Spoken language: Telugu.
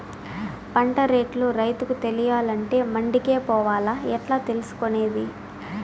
పంట రేట్లు రైతుకు తెలియాలంటే మండి కే పోవాలా? ఎట్లా తెలుసుకొనేది?